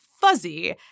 fuzzy